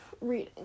reading